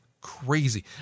crazy